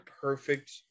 perfect